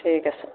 ঠিক আছে